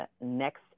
next